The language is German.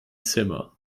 zimmer